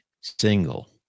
single